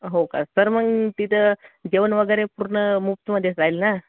हो का सर मग तिथं जेवण वगैरे पूर्ण मुफ्तमध्येच राहील ना